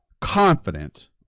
confident